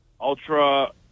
Ultra